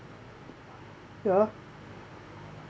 ya